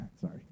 Sorry